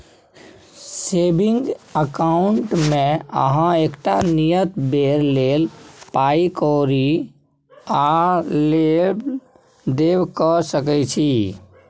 saving अकाउंटमे अहाँ एकटा नियत बेर लेल पाइ कौरी आ लेब देब कअ सकै छी